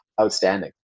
outstanding